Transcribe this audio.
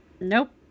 Nope